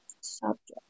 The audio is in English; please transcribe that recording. subject